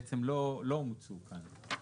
בעצם לא מוצאו כאן.